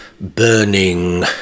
burning